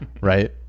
right